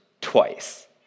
twice